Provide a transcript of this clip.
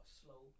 slow